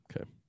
Okay